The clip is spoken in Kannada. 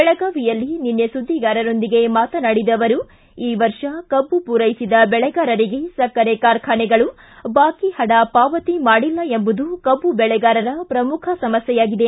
ಬೆಳಗಾವಿಯಲ್ಲಿ ನಿನ್ನೆ ಸುದ್ದಿಗಾರರೊಂದಿಗೆ ಮಾತನಾಡಿದ ಅವರು ಈ ವರ್ಷ ಕಬ್ಬು ಪೂರೈಸಿದ ಬೆಳೆಗಾರರಿಗೆ ಸಕ್ಕರೆ ಕಾರ್ಖಾನೆಗಳು ಬಾಕಿ ಹಣ ಪಾವತಿ ಮಾಡಿಲ್ಲ ಎಂಬುದು ಕಬ್ಬು ಬೆಳೆಗಾರರ ಪ್ರಮುಖ ಸಮಸ್ಕೆಯಾಗಿದೆ